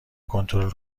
کنترل